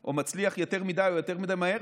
או מצליח יותר מדי או יותר מדי מהר,